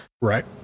right